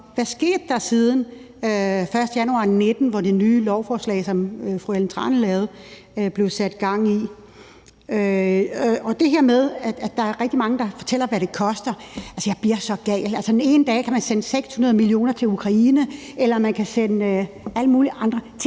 er sket siden den 1. januar 2019, hvor det nye lovforslag, som fru Ellen Trane Nørby lavede, blev sat i gang. Og til det her med, at der er rigtig mange, der snakker om, hvad det koster, vil jeg sige, at jeg bliver så gal. Altså, den ene dag kan man sende 600 mio. kr. til Ukraine, man kan sende alt muligt til